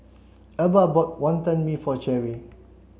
Elba bought Wantan Mee for Cheri